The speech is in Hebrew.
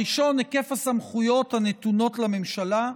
הראשון, היקף הסמכויות הנתונות לממשלה,